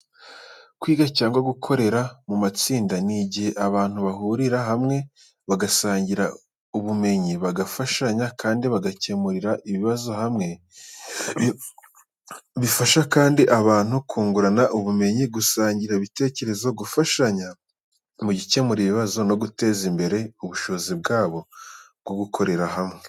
Kwiga cyangwa gukorera mu matsinda ni igihe abantu bahurira hamwe bagasangira ubumenyi, bagafashanya, kandi bagakemurira ibibazo hamwe, bifasha kandi abantu kungurana ubumenyi, gusangira ibitekerezo, gufashanya mu gukemura ibibazo, no guteza imbere ubushobozi bwabo bwo gukorera hamwe.